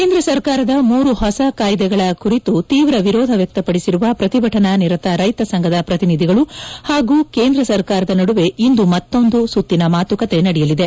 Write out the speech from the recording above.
ಕೇಂದ್ರ ಸರ್ಕಾರದ ಮೂರು ಹೊಸ ಕಾಯ್ದೆಗಳ ಕುರಿತು ತೀವ್ರ ವಿರೋಧ ವ್ಯಕ್ತಪಡಿಸಿರುವ ಪ್ರತಿಭನಾ ನಿರತ ರೈತ ಸಂಘದ ಪ್ರತಿನಿಧಿಗಳು ಹಾಗೂ ಕೇಂದ್ರ ಸರ್ಕಾರದ ನಡುವೆ ಇಂದು ಮತ್ತೊಂದು ಸುತ್ತಿನ ಮಾತುಕತೆ ನಡೆಯಲಿದೆ